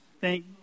Thank